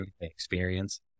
experience